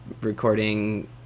recording